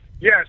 yes